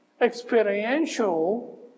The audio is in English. experiential